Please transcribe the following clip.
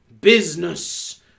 Business